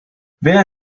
wer